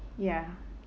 ya